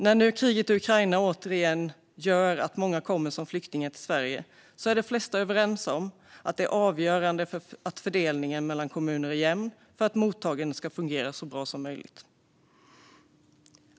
När nu kriget i Ukraina gör att det återigen kommer många flyktingar till Sverige är de flesta överens om att det är avgörande att fördelningen mellan kommuner blir jämn för att mottagandet ska fungera så bra som möjligt.